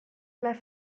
plats